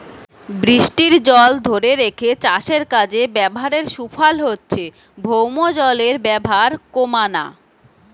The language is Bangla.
বৃষ্টির জল ধোরে রেখে চাষের কাজে ব্যাভারের সুফল হচ্ছে ভৌমজলের ব্যাভার কোমানা